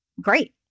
great